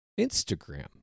Instagram